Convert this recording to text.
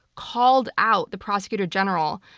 called out the prosecutor general,